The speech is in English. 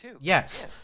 Yes